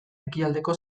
ekialdeko